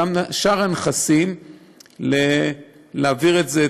לכן, אני מאוד מאוד מברך על הצעת החוק הזאת.